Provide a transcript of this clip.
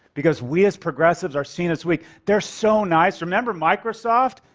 because we as progressives are seen as weak. they're so nice remember microsoft?